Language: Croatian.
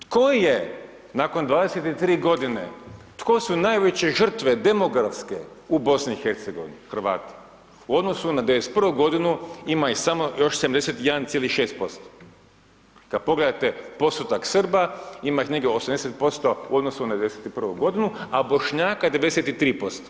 Tko je, nakon 23 godine, tko su najveće žrtve demografske u BiH, Hrvati, u odnosu na 91.-vu godinu ima ih samo još 71,6%, kad pogledate postotak Srba, ima ih negdje 80% u odnosu na 91.-vu godinu, a Bošnjaka 93%